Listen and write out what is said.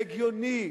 והגיוני,